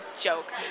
joke